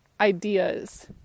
ideas